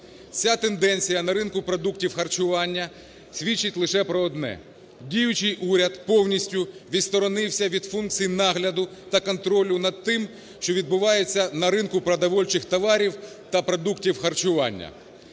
Ця тенденція на ринку продуктів харчування свідчить лише про одне: діючий уряд повністю відсторонився від функції нагляду та контролю над тим, що відбувається на ринку продовольчих товарів та продуктів харчування.